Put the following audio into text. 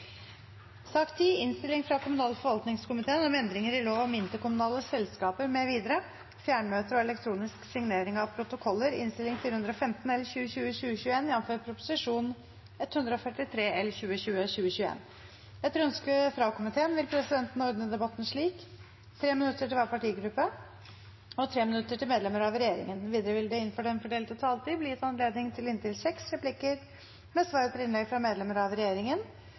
Etter ønske fra kommunal- og forvaltningskomiteen vil presidenten ordne debatten slik: 3 minutter til hver partigruppe og 3 minutter til medlemmer av regjeringen. Videre vil det – innenfor den for den fordelte taletid – bli gitt anledning til inntil seks replikker med svar etter innlegg fra medlemmer av regjeringen,